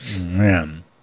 Man